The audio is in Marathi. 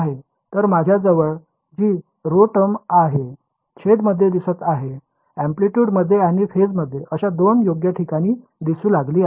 तर माझ्याजवळ जी ऱ्हो टर्म आहे छेद मध्ये दिसत आहे अँप्लिटयूड मध्ये आणि फेज मध्ये अशा दोन योग्य ठिकाणी दिसू लागली आहे